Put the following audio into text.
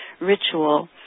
ritual